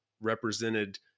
represented